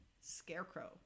scarecrow